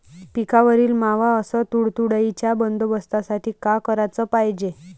पिकावरील मावा अस तुडतुड्याइच्या बंदोबस्तासाठी का कराच पायजे?